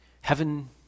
heaven